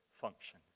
function